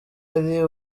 ari